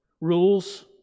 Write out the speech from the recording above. rules